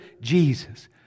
Jesus